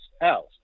house